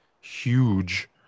huge